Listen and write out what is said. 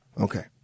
Okay